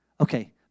Okay